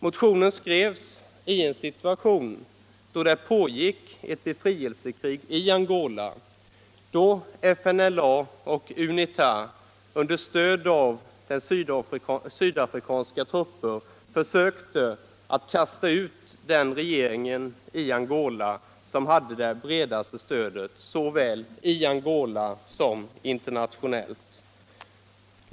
Motionen skrevs i en situation då ett befrielsekrig pågick i Angola, då FNLA och UNITA under stöd av sydafrikanska trupper försökte kasta 'ut den regering i Angola som hade det bredaste stödet såväl i Angola som internationellt.